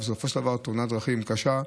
אבל בסופו של דבר תאונת דרכים קשה,